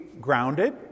grounded